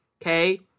Okay